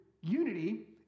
unity